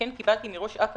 וביני בשש דקות,